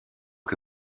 que